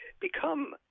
become